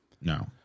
No